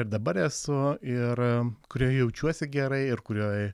ir dabar esu ir kurioje jaučiuosi gerai ir kurioj